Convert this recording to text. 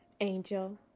angel